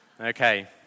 Okay